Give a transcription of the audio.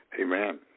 Amen